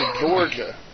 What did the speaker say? Georgia